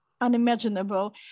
unimaginable